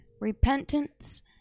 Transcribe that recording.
repentance